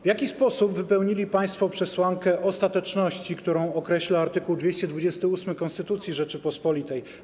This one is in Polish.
W jaki sposób wypełnili państwo przesłankę ostateczności, którą określa art. 228 Konstytucji Rzeczypospolitej?